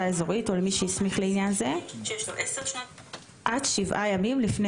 האזורית או למי שהסמיך לעניין זה עד שבעה ימים לפני